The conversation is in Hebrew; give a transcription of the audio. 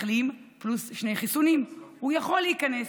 מחלים פלוס שני חיסונים, הוא יכול להיכנס.